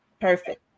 Perfect